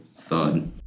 thud